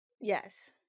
Yes